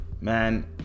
man